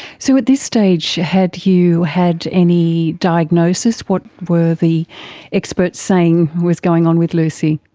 so at this stage had you had any diagnosis? what were the experts saying was going on with lucy?